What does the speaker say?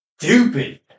stupid